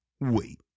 Wait